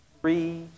Three